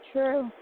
True